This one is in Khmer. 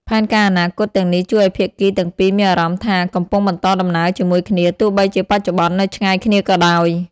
នេះក៏ផ្តល់ក្តីសង្ឃឹម និងអ្វីមួយដែលត្រូវទន្ទឹងរង់ចាំផងដែរ។